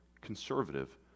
conservative